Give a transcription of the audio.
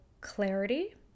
clarity